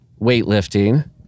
weightlifting